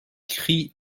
cri